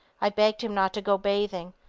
i begged him not to go bathing,